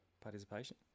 participation